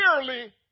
clearly